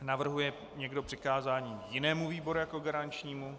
Navrhuje někdo přikázání jinému výboru jako garančnímu?